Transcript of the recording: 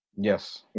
Yes